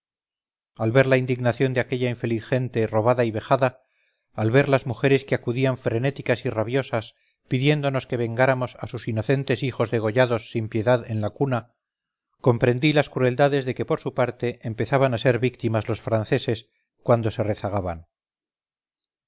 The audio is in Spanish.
al ver la indignación de aquella infeliz gente robada y vejada al ver las mujeres que acudían frenéticas y rabiosas pidiéndonos que vengáramos a sus inocentes hijos degollados sin piedad en la cuna comprendí las crueldades de que por su parteempezaban a ser víctimas los franceses cuando se rezagaban